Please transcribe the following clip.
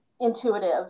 intuitive